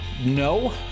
no